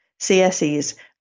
cse's